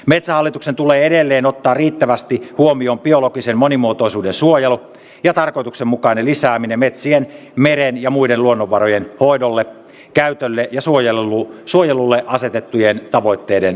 metsähallituksen tulee edelleen ottaa riittävästi huomioon biologisen monimuotoisuuden suojelu ja tarkoituksenmukainen lisääminen metsien meren ja muiden luonnonvarojen hoidolle käytölle ja suojelulle asetettujen tavoitteiden mukaisesti